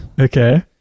Okay